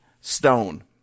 Stone